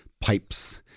pipes